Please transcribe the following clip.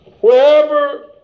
wherever